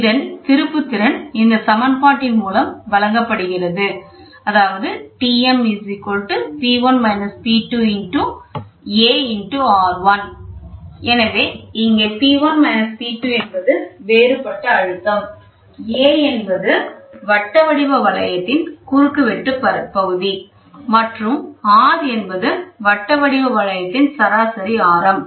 இதன் திருப்பு திறன் இந்த சமன்பாட்டின் மூலம் வழங்கப்படு வழங்கப்படுகிறது எனவே இங்கே P1 P2 என்பது வேறுபட்ட அழுத்தம் A என்பது வட்ட வடிவ வளையத்தின் குறுக்குவெட்டு பகுதி மற்றும் r என்பது வட்ட வடிவ வளையத்தின் சராசரி ஆரம்